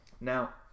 Now